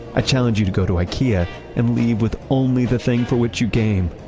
i challenge you to go to ikea and leave with only the thing for which you came.